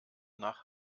nach